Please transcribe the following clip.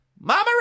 Mama